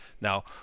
Now